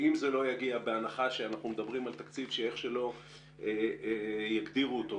ואם זה לא יגיע בהנחה שאנחנו מדברים על תקציב שאיך שלא יגדירו אותו,